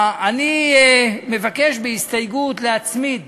אני מבקש בהסתייגות להצמיד